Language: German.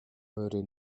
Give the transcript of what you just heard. eure